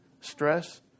stress